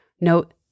note